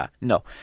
no